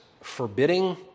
forbidding